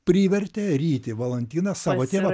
privertė rytį valantiną savo tėvą